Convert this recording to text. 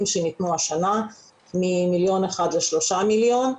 שניתנו השנה ממיליון אחד לשלושה מיליון.